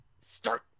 start